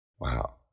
Wow